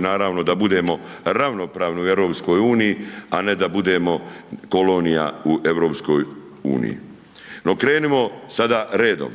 naravno da budemo ravnopravni u EU, a ne da budemo kolonija u EU. No, krenimo sada redom,